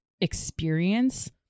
experience